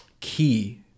key